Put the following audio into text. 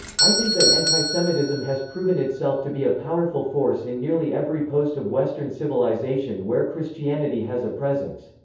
i think that antisemitism has proven itself to be a powerful force in nearly every post of western civilization where christianity has a presence.